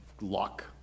luck